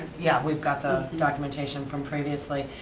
yeah we've got the documentation from previously.